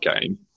game